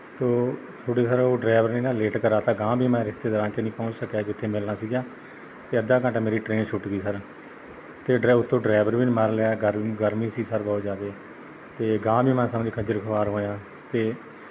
ਅਤੇ ਉਹ ਤੁਹਾਡੇ ਸਰ ਉਹ ਡਰਾਈਵਰ ਨੇ ਨਾ ਲੇਟ ਕਰਾ ਤਾ ਅਗਾਂਹ ਵੀ ਮੈਂ ਰਿਸ਼ਤੇਦਾਰਾਂ 'ਚ ਨਹੀਂ ਪਹੁੰਚ ਸਕਿਆ ਜਿੱਥੇ ਮਿਲਣਾ ਸੀਗਾ ਅਤੇ ਅੱਧਾ ਘੰਟਾ ਮੇਰੀ ਟ੍ਰੇਨ ਛੁੱਟ ਗਈ ਸਰ ਅਤੇ ਡਰਾਈਵਰ ਉੱਤੋਂ ਡਰਾਈਵਰ ਵੀ ਨਹੀਂ ਸਰ ਮੰਨ ਰਿਹਾ ਸਰ ਗਰਮੀ ਸੀ ਸਰ ਬਹੁਤ ਜ਼ਿਆਦਾ ਅਤੇ ਅਗਾਂਹ ਵੀ ਮੈਂ ਸਮਝ ਖੱਜਰ ਖੁਆਰ ਹੋਇਆ ਅਤੇ